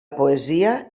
poesia